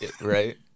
Right